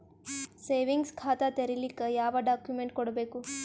Savings ಖಾತಾ ತೇರಿಲಿಕ ಯಾವ ಡಾಕ್ಯುಮೆಂಟ್ ಕೊಡಬೇಕು?